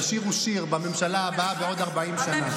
תשירו שיר בממשלה הבאה בעוד 40 שנה.